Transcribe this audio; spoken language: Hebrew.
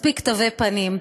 מספיק תווי פנים,